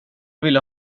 ville